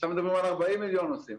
ועכשיו מדברים על 40 מיליון נוסעים.